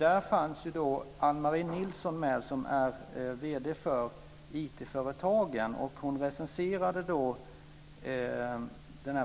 Där fanns Ann-Marie Nilsson med, som är vd för IT-företagen. Hon recenserade